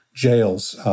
jails